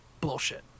bullshit